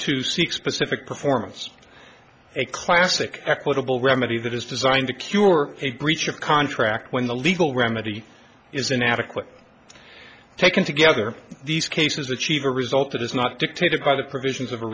to seek specific performance a classic equitable remedy that is designed to cure a breach of contract when the legal remedy is inadequate taken together these cases achieve a result that is not dictated by the provisions of